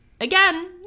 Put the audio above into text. Again